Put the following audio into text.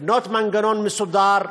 לבנות מנגנון מסודר,